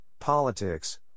politics